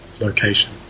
location